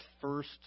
first